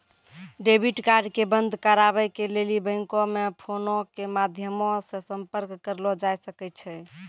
debit card के बंद कराबै के लेली बैंको मे फोनो के माध्यमो से संपर्क करलो जाय सकै छै